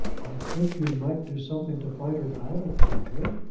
i think you might do something to fight her battle for her.